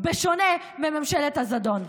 בשונה מממשלת הזדון.